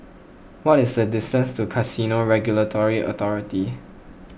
what is the distance to Casino Regulatory Authority